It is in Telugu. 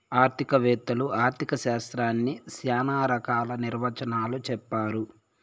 ఆర్థిక వేత్తలు ఆర్ధిక శాస్త్రాన్ని శ్యానా రకాల నిర్వచనాలు చెప్పారు